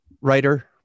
writer